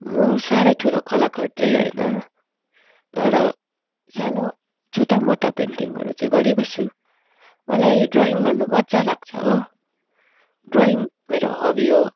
म साह्रै ठुलो कलाकार त होइन तर सानो छोटा मोटा पेन्टिङहरू चाहिँ गरिबस्छु मलाई ड्रयिङ गर्नु मजा लाग्छ हो ड्रयिङ मेरो हभी हो